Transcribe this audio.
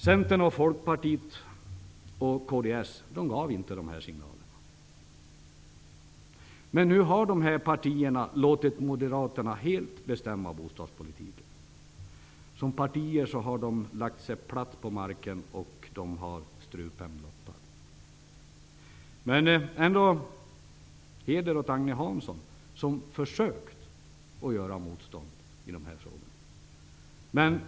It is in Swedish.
Centern, Folkpartiet och kds gav inte de här signalerna. Men nu har dessa partier låtit Moderaterna bestämma bostadspolitiken helt. De andra partierna har lagt sig platt på marken och blottat strupen. Agne Hansson skall ha heder att han ändå har försökt göra motstånd i de här frågorna.